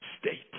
state